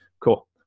Cool